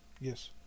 Yes